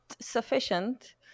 sufficient